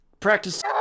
Practice